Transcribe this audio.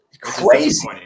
crazy